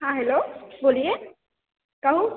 हाँ हेल्लो बोलिए कौन